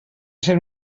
ser